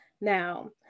now